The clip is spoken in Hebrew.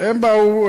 הם באו,